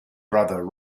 brother